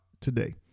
today